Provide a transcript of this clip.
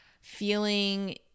feeling